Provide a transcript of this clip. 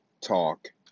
talk